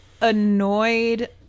annoyed